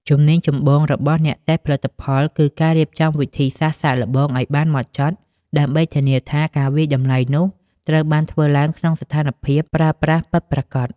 ជំនាញចម្បងរបស់អ្នកតេស្តផលិតផលគឺការរៀបចំវិធីសាស្ត្រសាកល្បងឱ្យបានហ្មត់ចត់ ដើម្បីធានាថាការវាយតម្លៃនោះត្រូវបានធ្វើឡើងក្នុងស្ថានភាពប្រើប្រាស់ពិតប្រាកដ។